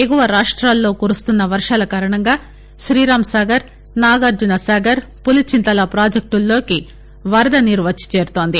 ఎగువ రాష్ట్లో కురుస్తున్న వర్షాల కారణంగా శ్రీరాంసాగర్ నాగార్జనసాగర్ పురిచింతల పాజెక్టల్లోకి వరద నీరు వచ్చి చేరుతుంది